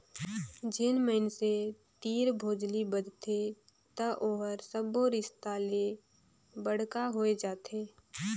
जेन मइनसे तीर भोजली बदथे त ओहर सब्बो रिस्ता ले बड़का होए जाथे